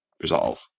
resolve